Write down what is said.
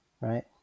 right